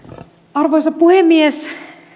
arvoisa puhemies